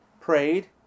Prayed